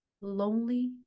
lonely